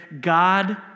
God